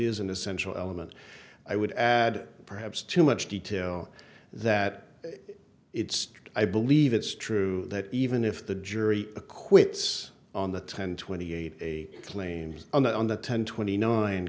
is an essential element i would add perhaps too much detail that it's i believe it's true that even if the jury acquits on the ten twenty eight a claim on the ten twenty nine